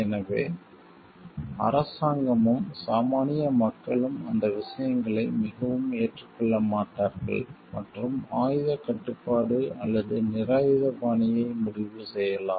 எனவே அரசாங்கமும் சாமானிய மக்களும் அந்த விஷயங்களை மிகவும் ஏற்றுக்கொள்ள மாட்டார்கள் மற்றும் ஆயுதக் கட்டுப்பாடு அல்லது நிராயுதபாணியை முடிவு செய்யலாம்